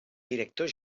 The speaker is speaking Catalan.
director